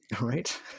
right